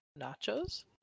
Nachos